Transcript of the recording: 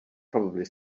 probably